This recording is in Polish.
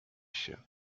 się